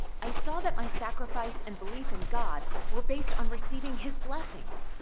i saw that my sacrifice and belief in god were based on receiving his blessings.